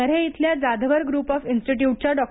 नऱ्हे इथल्या Jadhavar group of इन्स्टिटयूटच्या डॉ